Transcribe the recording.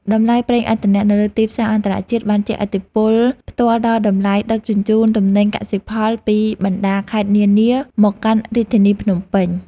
តម្លៃប្រេងឥន្ធនៈនៅលើទីផ្សារអន្តរជាតិបានជះឥទ្ធិពលផ្ទាល់ដល់តម្លៃដឹកជញ្ជូនទំនិញកសិផលពីបណ្តាខេត្តនានាមកកាន់រាជធានីភ្នំពេញ។